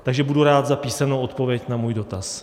Takže budu rád za písemnou odpověď na svůj dotaz.